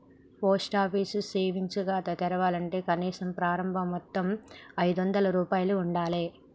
post office savings ఖాతా తెరవాలంటే కనీస ప్రారంభ మొత్తం ఐదొందల రూపాయలు ఉండాలె